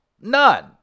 None